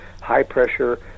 high-pressure